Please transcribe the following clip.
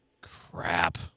Crap